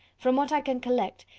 from what i can collect,